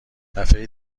دفعه